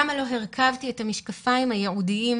כמה לא הרכבתי את המשקפיים הייעודיים